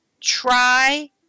try